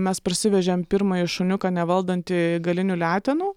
mes parsivežėm pirmąjį šuniuką nevaldantį galinių letenų